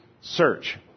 search